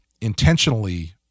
intentionally